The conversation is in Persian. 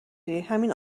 ریهمین